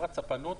חברת ספנות.